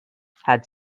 had